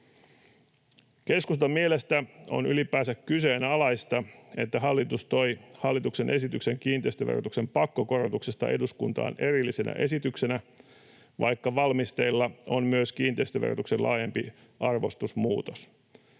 Keskustan mielestä on ylipäänsä kyseenalaista, että hallitus toi hallituksen esityksen kiinteistöverotuksen pakkokorotuksesta eduskuntaan erillisenä esityksenä, vaikka valmisteilla on myös kiinteistöverotuksen laajempi arvostusmuutos.